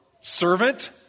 servant